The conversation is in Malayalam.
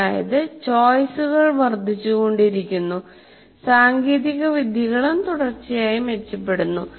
അതായത് ചോയ്സുകൾ വർദ്ധിച്ചുകൊണ്ടിരിക്കുന്നു സാങ്കേതികവിദ്യകളും തുടർച്ചയായി മെച്ചപ്പെടുന്നു